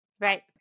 Right